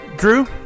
Drew